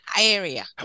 Area